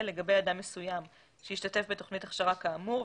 לגבי אדם מסוים שהשתתף בתוכנית הכשרה כאמור,